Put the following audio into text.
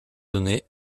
données